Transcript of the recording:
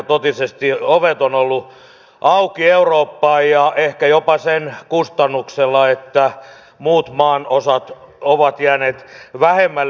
totisesti ovet ovat olleet auki eurooppaan ehkä jopa sen kustannuksella että muut maanosat ovat jääneet vähemmälle